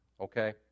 okay